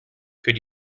could